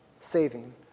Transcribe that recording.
saving